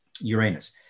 Uranus